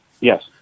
Yes